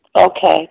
Okay